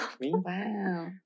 wow